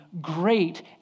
great